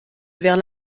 vers